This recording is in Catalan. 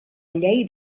llei